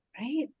right